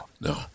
No